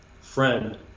friend